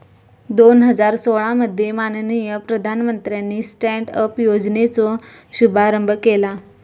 दोन हजार सोळा मध्ये माननीय प्रधानमंत्र्यानी स्टॅन्ड अप योजनेचो शुभारंभ केला